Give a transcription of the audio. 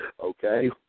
okay